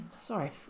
Sorry